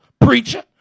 preacher